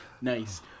Nice